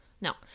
no